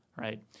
right